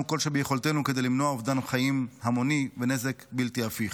כל שביכולתנו כדי למנוע אובדן חיים המוני ונזק בלתי הפיך.